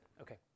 Okay